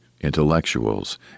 intellectuals